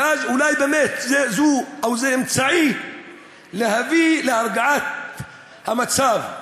ואז אולי באמת, זה אמצעי להביא להרגעת המצב.